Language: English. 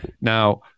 Now